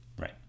Right